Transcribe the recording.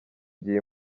gihe